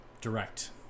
direct